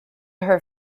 her